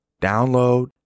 Download